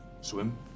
Swim